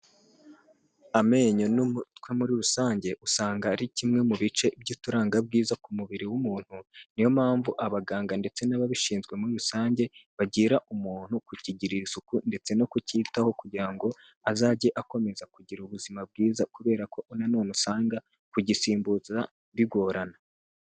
Amenyo n'umutwe muri rusange, usanga ari kimwe mu bice by'uturanga bwiza ku mubiri w'umuntu, niyo mpamvu abaganga ndetse n'ababishinzwe muri rusange, bagira umuntu kukigirira isuku, ndetse no kucyitaho, kugira ngo azajye akomeza kugira ubuzima bwiza kubera ko na none usanga kugisimbuza bigorana.